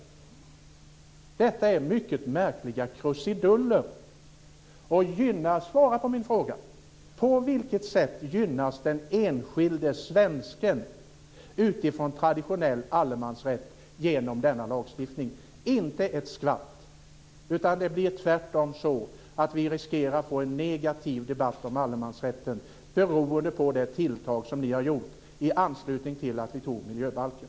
Detta är mycket märkliga krusiduller. Svara på min fråga: På vilket sätt gynnas den enskilde svensken utifrån traditionell allemansrätt genom denna lagstiftning? Inte ett skvatt. Det blir tvärtom så att vi riskerar att få en negativ debatt om allemansrätten, beroende på ert tilltag i anslutning till att vi antog miljöbalken.